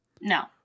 No